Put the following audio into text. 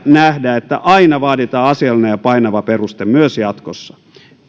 nähdä että aina vaaditaan asiallinen ja painava peruste myös jatkossa